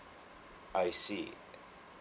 I see